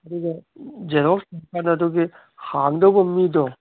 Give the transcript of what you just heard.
ꯑꯗꯨꯒ ꯖꯦꯔꯣꯛꯁ ꯄꯦꯄꯔꯗꯨꯒꯤ ꯍꯥꯡꯗꯧꯕ ꯃꯤꯗꯣ